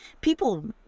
people